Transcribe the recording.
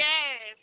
Yes